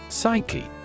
Psyche